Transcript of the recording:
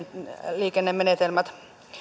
liikennemenetelmät